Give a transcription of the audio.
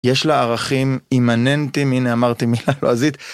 יש לה ערכים אימננטים, הנה אמרתי מילה לועזית